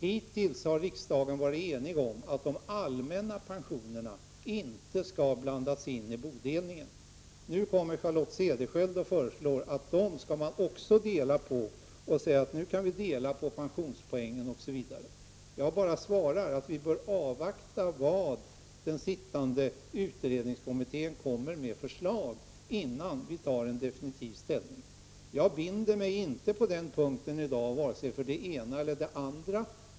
Hittills har riksdagen varit enig om att de allmänna pensionerna inte skall blandas in i bodelningen. Nu föreslår dock Charlotte Cederschiöld att det också där skall vara en delning, så att det går att dela på pensionspoäng osv. Jag svarar då bara att vi bör avvakta den sittande utredningskommitténs förslag. Därefter kan vi ta ställning definitivt. På den punkten binder jag mig inte i dag vare sig för det ena eller det andra.